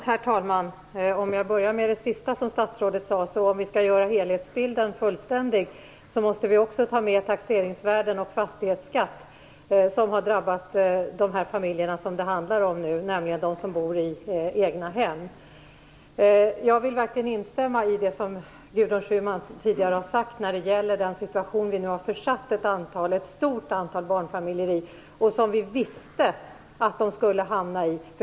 Herr talman! Jag skall börja med det som statsrådet sade sist. Om vi skall göra helhetsbilden fullständig måste vi också ta med taxeringsvärden och fastighetsskatt, som har drabbat de familjer som det nu handlar om, nämligen de som bor i egna hem. Jag vill verkligen instämma i det som Gudrun Schyman tidigare har sagt när det gäller den situation som vi nu har försatt ett stort antal barnfamiljer i och som vi visste att de skulle hamna i.